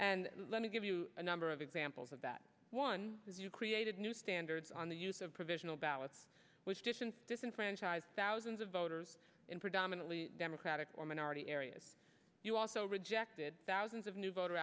and let me give you a number of examples of that one as you created new standards on the use of provisional ballots which titian's disenfranchise thousands of voters in predominantly democratic or minority areas you also rejected thousands of new voter